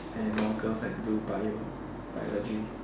and more girls like to do bio~ biology